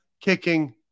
kicking